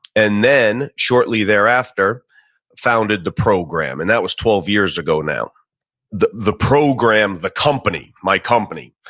and then shortly thereafter founded the program. and that was twelve years ago now the the program, the company? my company.